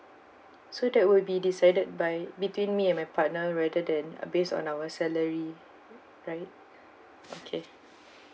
so that would be decided by between me and my partner rather than based on our salary right okay